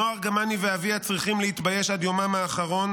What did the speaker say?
"נועה ארגמני ואביה צריכים להתבייש עד יומם האחרון